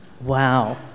Wow